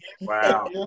Wow